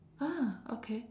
ah okay